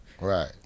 Right